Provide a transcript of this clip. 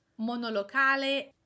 monolocale